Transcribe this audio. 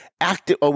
active